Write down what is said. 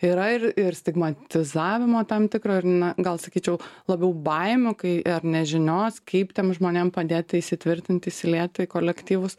yra ir ir stigmatizavimo tam tikro ir na gal sakyčiau labiau baimių kai ar nežinios kaip tiem žmonėm padėti įsitvirtinti įsilieti į kolektyvus